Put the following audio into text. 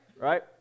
right